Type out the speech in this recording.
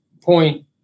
point